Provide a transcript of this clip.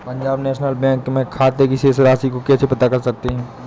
पंजाब नेशनल बैंक में खाते की शेष राशि को कैसे पता कर सकते हैं?